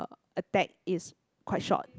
attack is quite short